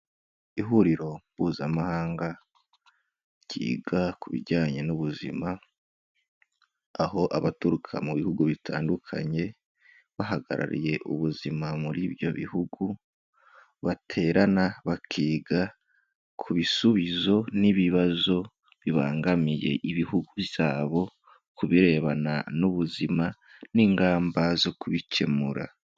Ihuriro Mpuzamahanga ryiga ku bijyanye n'ubuzima, aho abaturuka mu bihugu bitandukanye, bahagarariye ubuzima muri ibyo bihugu, baterana bakiga ku bisubizo n'ibibazo bibangamiye ibihugu byabo ku birebana n'ubuzima n'ingamba zo kubikemura.